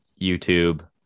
YouTube